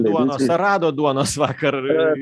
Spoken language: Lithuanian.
duonos ar radot duonos vakar